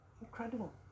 Incredible